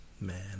Man